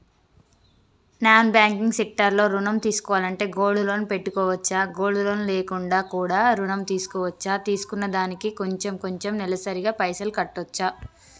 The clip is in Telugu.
నాన్ బ్యాంకింగ్ సెక్టార్ లో ఋణం తీసుకోవాలంటే గోల్డ్ లోన్ పెట్టుకోవచ్చా? గోల్డ్ లోన్ లేకుండా కూడా ఋణం తీసుకోవచ్చా? తీసుకున్న దానికి కొంచెం కొంచెం నెలసరి గా పైసలు కట్టొచ్చా?